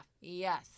Yes